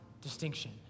distinction